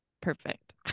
perfect